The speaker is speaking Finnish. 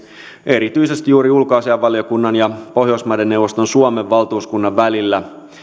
erityisesti juuri ulkoasiainvaliokunnan ja pohjoismaiden neuvoston suomen valtuuskunnan välillä